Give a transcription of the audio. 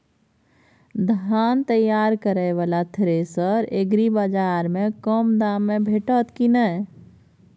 धान तैयार करय वाला थ्रेसर एग्रीबाजार में कम दाम में भेटत की नय?